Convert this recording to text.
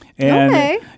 Okay